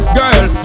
girl